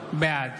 בעד